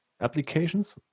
applications